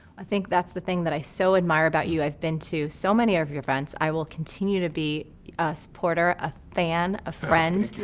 i think that's the thing that i so admire about you. i've been to so many of your events, i will continue to be a supporter, a fan, a friend. thank you.